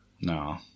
No